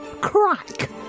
Crack